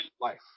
life